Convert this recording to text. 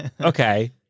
Okay